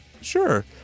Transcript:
Sure